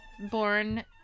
born